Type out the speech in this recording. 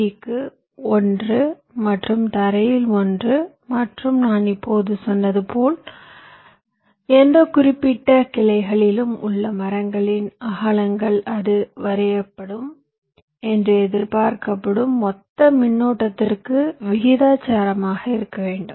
டிக்கு ஒன்று மற்றும் தரையில் ஒன்று மற்றும் நான் இப்போது சொன்னது போல் எந்த குறிப்பிட்ட கிளையிலும் உள்ள மரங்களின் அகலங்கள் அது வரையப்படும் என்று எதிர்பார்க்கப்படும் மொத்த மின்னோட்டத்திற்கு விகிதாசாரமாக இருக்க வேண்டும்